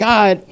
God